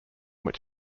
which